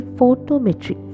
Photometry